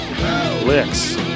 licks